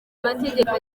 amategeko